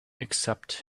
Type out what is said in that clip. except